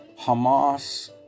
Hamas